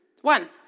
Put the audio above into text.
One